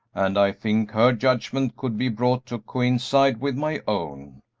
and i think her judgment could be brought to coincide with my own.